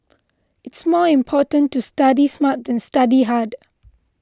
it's more important to study smart than to study hard